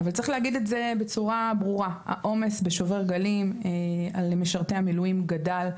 צריך להגיד את זה בצורה ברורה: העומס בשובר גלים למשרתי המילואים גדל.